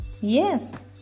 Yes